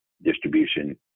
distribution